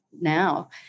now